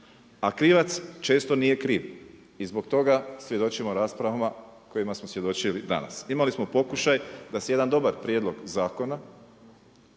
A krivac često nije kriv i zbog toga svjedočimo raspravama kojima smo svjedočili danas. Imali smo pokušaj da se jedan dobar prijedlog zakona